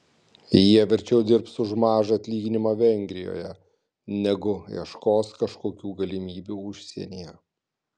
jie verčiau dirbs už mažą atlyginimą vengrijoje negu ieškos kažkokių galimybių užsienyje